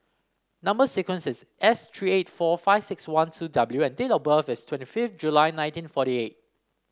number sequence is S three eight four five six one two W and date of birth is twenty fifth July nineteen forty eight